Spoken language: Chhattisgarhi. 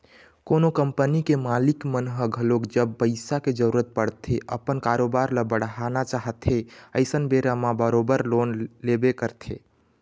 कोनो कंपनी के मालिक मन ह घलोक जब पइसा के जरुरत पड़थे अपन कारोबार ल बढ़ाना चाहथे अइसन बेरा म बरोबर लोन लेबे करथे